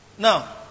Now